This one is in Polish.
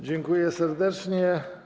Dziękuję serdecznie.